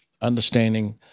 understanding